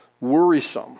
worrisome